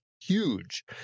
huge